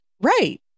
Right